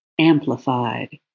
amplified